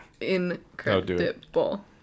incredible